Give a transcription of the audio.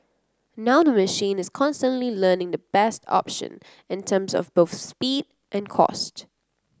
now the machine is constantly learning the best option in terms of both speed and cost